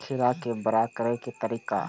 खीरा के बड़ा करे के तरीका?